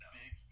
big